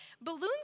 Balloons